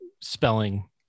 spelling